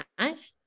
right